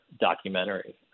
documentary